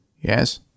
Yes